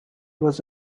was